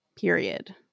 Period